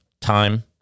time